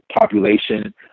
population